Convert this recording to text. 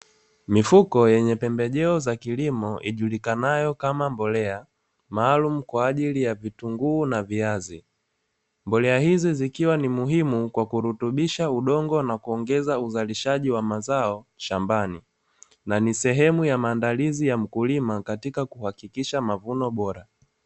Mifuko yenye pembejeo za kilimo, ijulikanayo kama mbolea maalumu kwa ajili ya vitunguu na viazi, mbolea hizi zikiwa ni muhimu kwa kurutubisha udongo na kuongeza uzalishaji wa mazao shambani. Na ni sehemu ya maandalizi ya mkulima katika kuhakikisha mavuno bora.